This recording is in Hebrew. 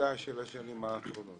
לממוצע של השנים האחרונות.